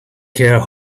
care